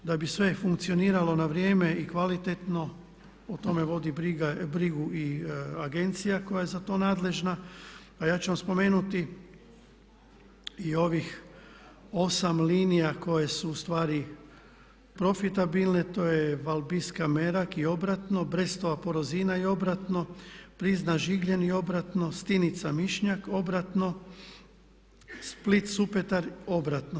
Da bi sve funkcioniralo na vrijeme i kvalitetno o tome vodi brigu i agencija koja je za to nadležna a ja ću vam spomenuti i ovih 8 linija koje su ustvari profitabilne to je Valbiska-Merag i obratno, Brestova-Poroizna i obratno, Prizma-Žigljen i obratno, Stinica-Mišnjak obratno, Split-Supetar obratno.